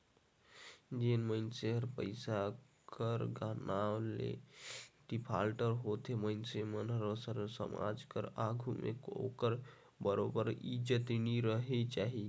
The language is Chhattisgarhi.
जेन मइनसे हर पइसा कर नांव ले डिफाल्टर होथे अइसन मइनसे कर समाज कर आघु में ओकर बरोबेर इज्जत नी रहि जाए